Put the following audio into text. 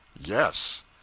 Yes